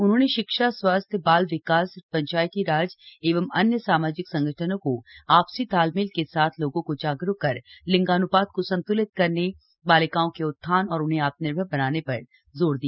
उन्होंने शिक्षा स्वास्थ्य बाल विकास पंचायती राज एवं अन्य सामाजिक संगठनों को आपसी तालमेल के साथ लोगों को जागरूक कर लिंगान्पात को संत्लित करने बालिकाओं के उत्थान और उन्हें आत्मनिर्भर बनाने पर जोर दिया